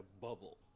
bubble